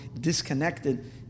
disconnected